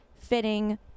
fitting